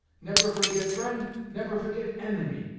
never forget friend never forget enemy.